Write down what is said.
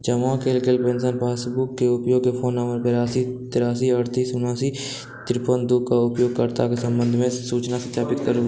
जमा कयल गेल पेन्शन पासबुकके उपयोगके फोन नम्बर बेरासी तेरासी अड़तीस उनासी तिरपन दूके उपयोगकर्ताक सम्बन्धमे सूचना सत्यापित करू